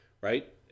right